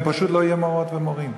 הם פשוט לא יהיו מורות ומורים.